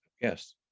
Yes